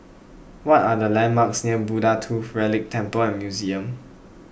what are the landmarks near Buddha Tooth Relic Temple and Museum